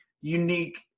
unique